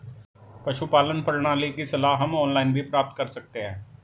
पशुपालन प्रणाली की सलाह हम ऑनलाइन भी प्राप्त कर सकते हैं